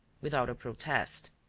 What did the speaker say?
without a protest.